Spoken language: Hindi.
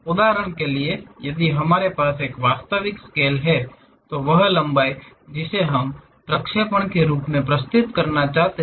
उदाहरण के लिए यदि हमारे पास एक वास्तविक स्केल है तो वह लंबाई जिसे हम एक प्रक्षेपण के रूप में प्रस्तुत करना चाहते हैं